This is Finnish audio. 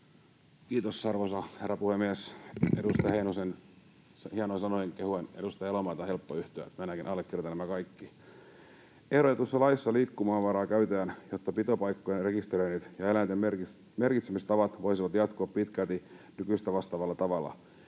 Heinosen hienoihin sanoihin kehuen edustaja Elomaata on helppo yhtyä. Minäkin allekirjoitan nämä kaikki. Ehdotetussa laissa käytetään liikkumavaraa, jotta pitopaikkojen rekisteröinnit ja eläinten merkitsemistavat voisivat jatkua pitkälti nykyistä vastaavalla tavalla